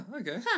Okay